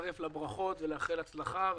לברכות ולאחל להצלחה.